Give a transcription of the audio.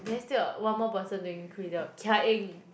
then still got one more person doing crew leader Kia-Eng